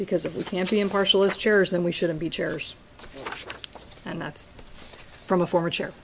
because if we can't be impartial as chairs then we shouldn't be chairs and that's from a former chair